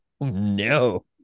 no